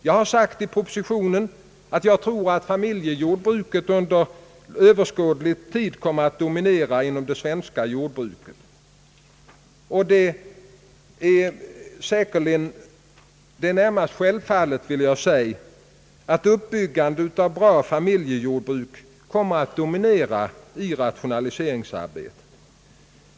Jag har i propositionen uttalat, att familjejordbruket under överskådlig tid troligen kommer att dominera inom det svenska jordbruket. Jag vill dessutom beteckna det såsom närmast självfallet att uppbyggandet av stora familjejordbruk kommer att dominera rationaliseringsarbetet.